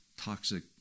toxic